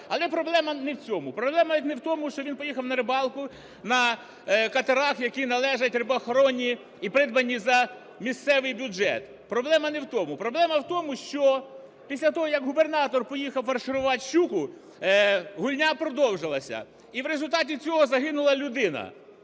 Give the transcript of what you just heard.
Але проблема не цьому. Проблема навіть не в тому, що він поїхав на рибалку на катерах, які належать рибоохороні і придбані за місцевий бюджет. Проблема не в тому. Проблема в тому, що після того як губернатор поїхав фарширувати щуку, гульня продовжилася, і в результаті цього загинула людина.